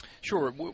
Sure